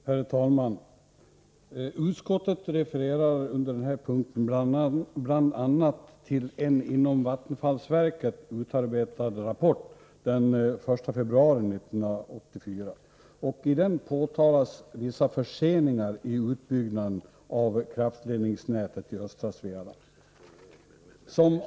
Herr talman! Utskottet refererar under denna punkt bl.a. till en inom vattenfallsverket utarbetad rapport den 1 februari 1984, vari påtalas vissa förseningar i utbyggnaden av kraftledningsnätet i östra Svealand.